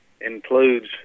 includes